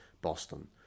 Boston